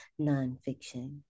Nonfiction